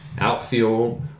Outfield